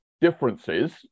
differences